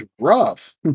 rough